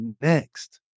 next